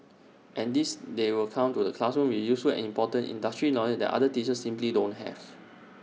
and this they will come to the classroom with useful and important industry knowledge that other teachers simply don't have